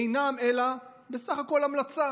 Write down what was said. אינם אלא בסך הכול המלצה